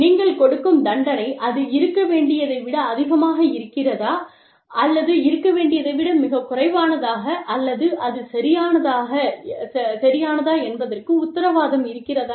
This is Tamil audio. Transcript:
நீங்கள் கொடுக்கும் தண்டனை அது இருக்க வேண்டியதை விட அதிகமாக இருக்கிறதா அல்லது இருக்க வேண்டியதை விட மிகக் குறைவானதா அல்லது அது சரியானதா என்பதற்கு உத்தரவாதம் இருக்கிறதா